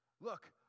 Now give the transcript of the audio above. Look